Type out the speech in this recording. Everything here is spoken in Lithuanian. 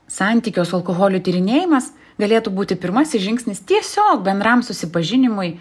santykio su alkoholiu tyrinėjimas galėtų būti pirmasis žingsnis tiesiog bendram susipažinimui